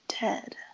dead